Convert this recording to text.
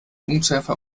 unschärfer